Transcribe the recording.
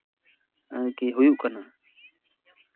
ᱟᱨᱠᱤ ᱦᱩᱭᱩᱜ ᱠᱟᱱᱟ